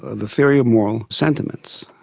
the theory of moral sentiments.